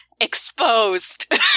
exposed